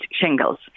shingles